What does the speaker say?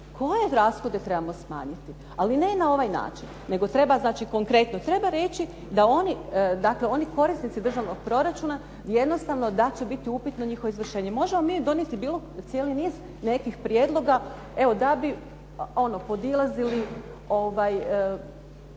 koje rashode trebamo smanjiti. Ali ne na ovaj način, nego treba znači konkretno, treba reći da oni korisnici državnog proračuna jednostavno da će biti upitno njihovo izvršenje. Možemo mi donijeti cijeli niz nekih prijedlog da bi podilazili